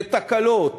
ותקלות,